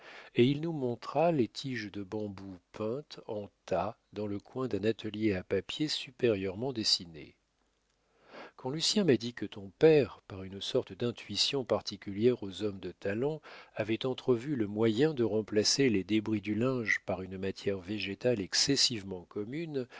et il nous montra les tiges de bambou peintes en tas dans le coin d'un atelier à papier supérieurement dessiné quand lucien m'a dit que ton père par une sorte d'intuition particulière aux hommes de talent avait entrevu le moyen de remplacer les débris du linge par une matière végétale excessivement commune